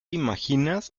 imaginas